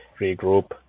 regroup